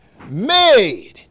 made